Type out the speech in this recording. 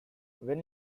when